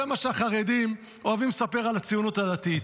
זה מה שהחרדים אוהבים לספר על הציונות הדתית.